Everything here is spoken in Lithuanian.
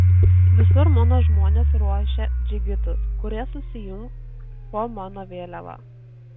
visur mano žmonės ruošia džigitus kurie susijungs po mano vėliava